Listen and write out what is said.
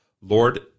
Lord